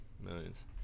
Millions